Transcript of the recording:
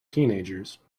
teenagers